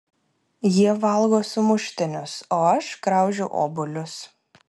jie valgo sumuštinius o aš graužiu obuolius